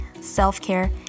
self-care